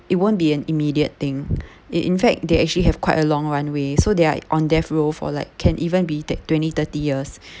it won't be an immediate thing in fact they actually have quite a long runway so they are on death row for like can even be that twenty thirty years